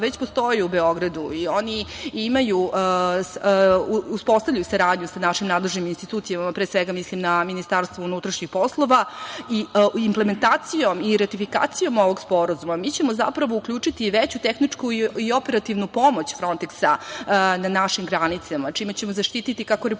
već postoji u Beogradu i oni imaju, uspostavljaju saradnju sa našim nadležnim institucijama, pre svega mislim na MUP i implementacijom i ratifikacijom ovog sporazuma, mi ćemo zapravo uključiti veću tehničku i operativnu pomoć "Fronteksa" na našim granicama, čime ćemo zaštiti kako Republiku